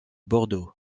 bordeaux